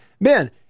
Ben